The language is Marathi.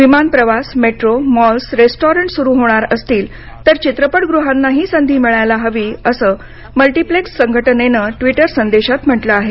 विमानप्रवास मेट्रो मॉल्स रेस्टॉरंट सुरू होणार असतील तर चित्रपटगृहांनाही संधी मिळायला हवी असं मल्टीप्लेक्स संघटनेनं ट्विटर संदेशात म्हटलं आहे